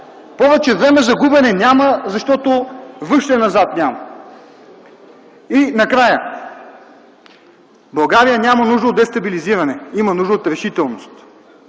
Повече време за губене няма, защото връщане назад няма. И накрая. България няма нужда от дестабилизиране – има нужда от решителност.